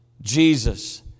Jesus